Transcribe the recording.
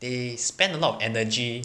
they spend a lot of energy